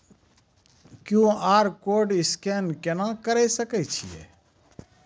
QR code scan केना करै सकय छियै?